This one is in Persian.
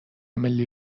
ملی